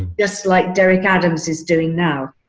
just like derek adams is doing now.